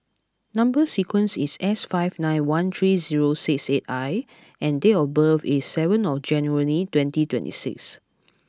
number sequence is S five nine one three zero six eight I and date of birth is seven of January twenty twenty six